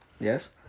Yes